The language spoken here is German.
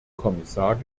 kommissar